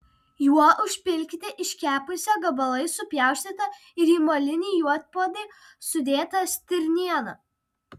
juo užpilkite iškepusią gabalais supjaustytą ir į molinį juodpuodį sudėtą stirnieną